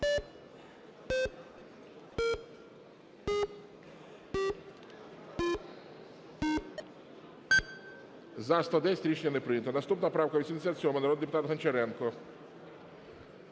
За-110 Рішення не прийнято. Наступна правка - 87, народний депутат Гончаренко.